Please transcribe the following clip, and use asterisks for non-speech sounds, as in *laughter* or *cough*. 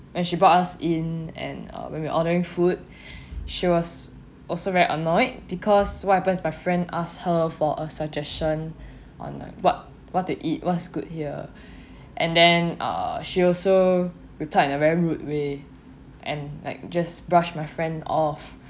when she brought us in and uh when we ordering food *breath* she was also very annoyed because what happened is my friend asked her for a suggestion *breath* on what what to eat what's good here and then uh she also replied in a very rude way and like just brush my friend off